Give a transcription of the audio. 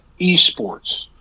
Esports